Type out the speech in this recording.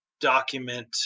document